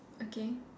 okay